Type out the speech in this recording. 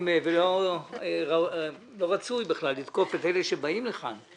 ולא רצוי לתקוף את אלה שבאים לכאן.